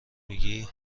میگی